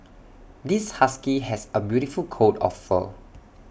this husky has A beautiful coat of fur